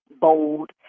bold